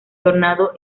tornado